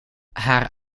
haar